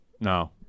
No